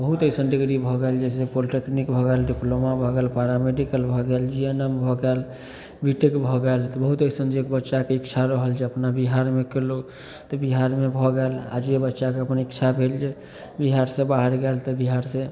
बहुत अइसन डिग्री भऽ गेल जइसे पोलटेक्निक भऽ गेल डिप्लोमा भऽ गेल पारामेडिकल भऽ गेल जी एन एम भऽ गेल बी टेक भऽ गेल बहुत अइसन जे बच्चाके इच्छा रहल जे अपना बिहारमे कएलहुँ तऽ बिहारमे भऽ गेल आओर जे बच्चाकेँ अपन इच्छा भेल जे बिहारसे बाहर गेल तऽ बिहारसे